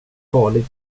farlig